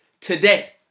today